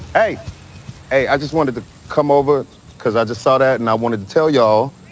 hey, hey i just wanted to come over because i just saw that. and i wanted to tell you,